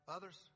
Others